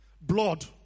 Blood